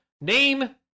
Name